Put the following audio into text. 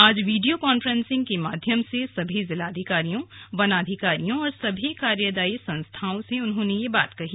आज video conferencing के माध्यम से सभी जिलाधिकारियों वनाधिकारियों और सभी कार्यदायी संस्थाओं से उन्होंने ये बात कही